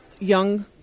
young